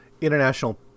International